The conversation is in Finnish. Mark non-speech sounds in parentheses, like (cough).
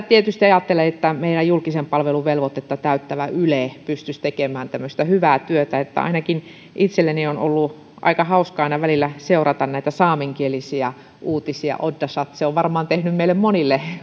(unintelligible) tietysti ajattelee että meidän julkisen palvelun velvoitetta täyttävä yle pystyisi tekemään tämmöistä hyvää työtä ainakin itselleni on ollut aika hauskaa aina välillä seurata näitä saamenkielisiä uutisia oddasat se on varmaan tehnyt meille monille